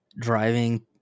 driving